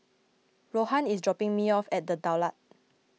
Rohan is dropping me off at the Daulat